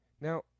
Now